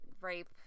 rape